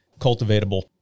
cultivatable